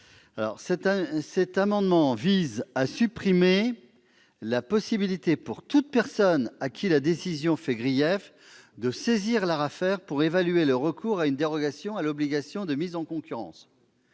L'amendement n° 199 tend à supprimer la possibilité, pour toute personne à qui la décision fait grief, de saisir l'ARAFER pour évaluer le recours à la dérogation à l'obligation de mise en concurrence